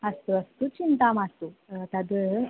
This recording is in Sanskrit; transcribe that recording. अस्तु अस्तु चिन्ता मास्तु तद्